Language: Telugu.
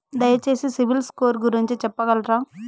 దయచేసి సిబిల్ స్కోర్ గురించి చెప్పగలరా?